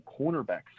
cornerbacks